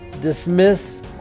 dismiss